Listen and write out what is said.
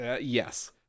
yes